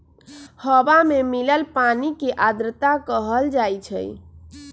हवा में मिलल पानी के आर्द्रता कहल जाई छई